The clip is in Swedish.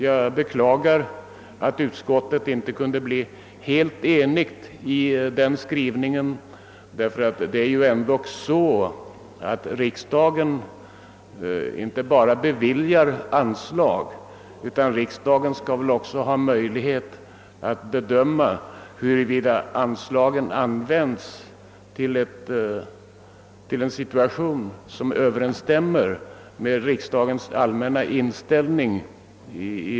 Jag beklagar att utskottet inte kunde bli helt enigt om den skrivningen. Det är dock så att riksdagen inte bara beviljar anslag; riksdagen skall också ha möjlighet att bedöma huruvida anslagen används till sådant som överensstämmer med riksdagens allmänna inställning.